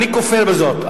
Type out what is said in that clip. אני כופר בזאת.